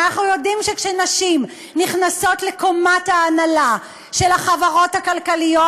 ואנחנו יודעים שכשנשים נכנסות לקומת ההנהלה של החברות הכלכליות,